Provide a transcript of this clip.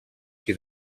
qui